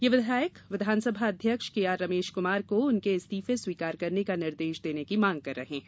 ये विधायक विधानसभा अध्यक्ष के आर रमेश कुमार को उनके इस्तीफे स्वीकार करने का निर्देश देने की मांग कर रहे हैं